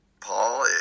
Paul